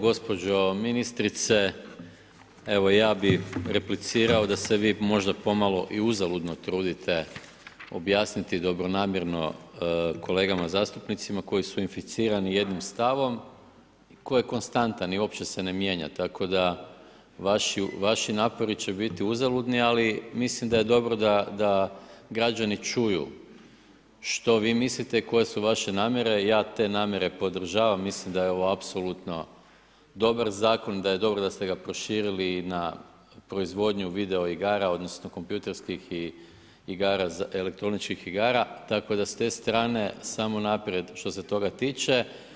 Gospođo ministrice, evo ja bi replicirao da se vi možda pomalo i uzaludno trudite objasniti dobronamjerno kolegama zastupnicima koji su inficirani jednim stavom koji je konstantan i uopće se mijenja, tako da vaš napori će biti uzaludni ali mislim da je dobro da građani čuju što vi mislite i koje su vaše namjere, ja te namjere podržavam, mislim da je ovo apsolutno dobar zakon, da je dobro da ste ga proširili i na proizvodnju video igara odnosno kompjuterskih igara, elektroničkih igara, tako da s te strane samo naprijed što se toga tiče.